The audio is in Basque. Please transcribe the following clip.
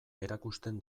erakusten